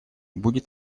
будет